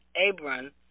Abram